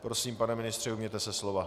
Prosím, pane ministře, ujměte se slova.